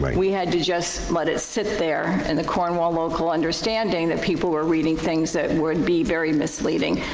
like we had to just let it sit there in the cornwall local understanding that people were reading things that would and be very misleading.